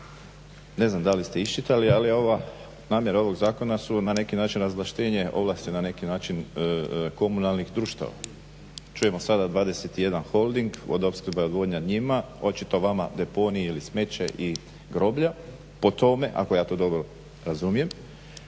ne znam dali ste iščitali ali namjera ovog zakona su na neki način razvlaštenje ovlasti na neki način komunalnih društava. Čujemo sada 21 holding, vodoopskrba i odvodnja njima, očito vama deponij ili smeće i groblja po tome ako ja to dobro razumijem,